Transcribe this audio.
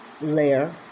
layer